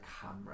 camera